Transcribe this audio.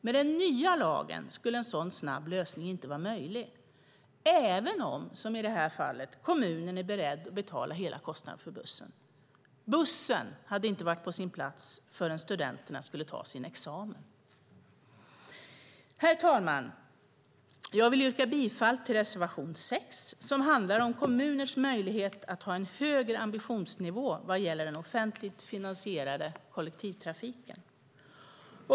Med den nya lagen skulle en sådan snabb lösning inte vara möjlig, även om, som i det här fallet, kommunen är beredd att betala hela kostnaden för bussen. Bussen hade inte varit på plats förrän studenterna skulle ta sin examen. Herr talman! Jag vill yrka bifall till reservation 6 som handlar om kommuners möjlighet att ha en högre ambitionsnivå vad gäller den offentligt finansierade kollektivtrafiken.